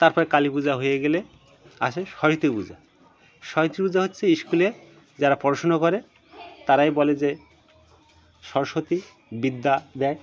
তারপর কালী পূজা হয়ে গেলে আসে সরস্বতী পূজা সরস্বতী পূজা হচ্ছে স্কুলে যারা পড়াশুনো করে তারাই বলে যে সরস্বতী বিদ্যা দেয়